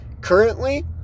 currently